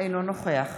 אינו נוכח